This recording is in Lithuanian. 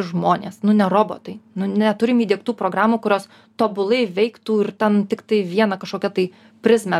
žmonės nu ne robotai neturim įdiegtų programų kurios tobulai veiktų ir ten tiktai vieną kašokią tai prizmę